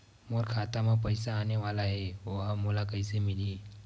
मोर खाता म पईसा आने वाला हे ओहा मोला कइसे मिलही?